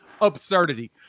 Absurdity